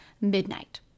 midnight